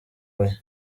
oya